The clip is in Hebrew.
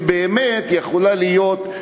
שבאמת יכולה לייצג,